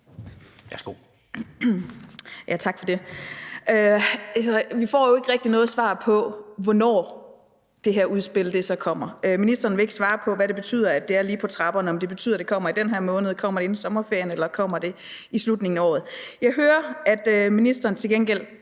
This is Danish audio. Vi får jo ikke rigtig noget svar på, hvornår det her udspil så kommer. Ministeren vil ikke svare på, hvad det betyder, at det er lige på trapperne, altså om det betyder, at det kommer i den her måned, eller at det kommer inden sommerferien, eller at det kommer i slutningen af året. Jeg hører, at ministeren til gengæld